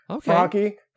Frankie